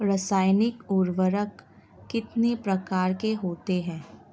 रासायनिक उर्वरक कितने प्रकार के होते हैं?